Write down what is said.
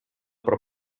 про